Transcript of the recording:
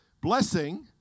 Blessing